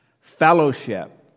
fellowship